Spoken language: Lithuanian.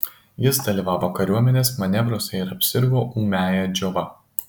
jis dalyvavo kariuomenės manevruose ir apsirgo ūmiąja džiova